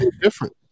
different